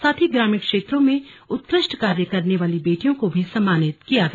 साथ ही ग्रामीण क्षेत्रों में उत्कृष्ट कार्य करने वाली बेटियों को सम्मानित भी किया गया